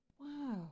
Wow